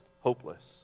hopeless